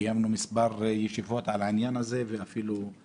קיימנו מספר ישיבות על העניין הזה והמינהל